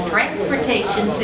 Transportation